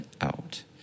out